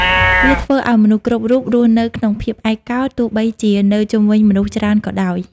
វាធ្វើឱ្យមនុស្សគ្រប់រូបរស់នៅក្នុងភាពឯកោ ទោះបីជានៅជុំវិញមនុស្សច្រើនក៏ដោយ។